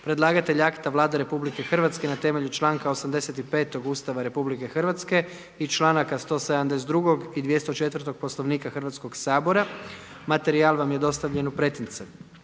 Predlagatelj akta Vlada Republike Hrvatske na temelju članka 85. Ustava RH i članaka 172. i 204. Poslovnika Hrvatskog sabora. Materijal vam je dostavljen u pretince.